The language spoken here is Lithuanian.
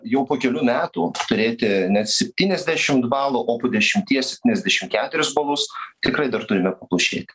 jau po kelių metų turėti net septyniasdešimt balų o po dešimties septyniasdešimt keturis balus tikrai dar turime paplušėti